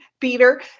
Peter